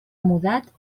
mudat